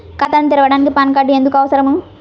ఖాతాను తెరవడానికి PAN card ఎందుకు అవసరము?